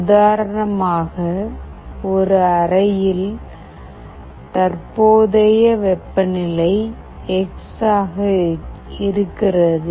உதாரணமாக ஒரு அறையில் தற்போதைய வெப்பநிலை எக்ஸ் ஆக இருக்கிறது